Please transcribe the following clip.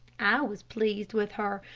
i was pleased with her,